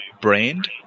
brand